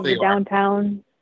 downtown